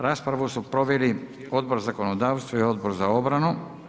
Raspravu su proveli Odbor za zakonodavstvo i Odbor za obranu.